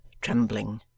trembling